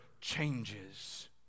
changes